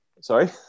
Sorry